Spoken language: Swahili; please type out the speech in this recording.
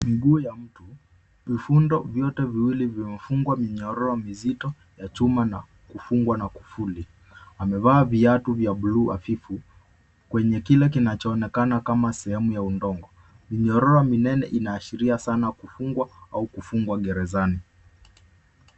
Miguu ya mtu. Ufundo vyote viwili vimefungwa minyororo mizito ya chuma na kufungwa na kufuli. Amevaa vyatu vya bluu hafifu kwenye kile kinachoonekana kama sehemu ya udongo. Minyororo minene inaashiria kufungwa au kufungwa gerezani.